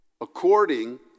according